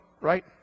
right